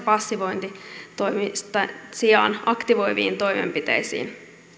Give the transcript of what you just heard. passivointitoimien sijaan aktivoiviin toimenpiteisiin